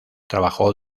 trabajó